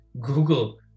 Google